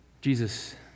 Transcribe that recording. Jesus